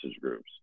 groups